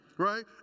Right